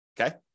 Okay